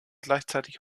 gleichzeitig